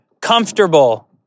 comfortable